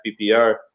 PPR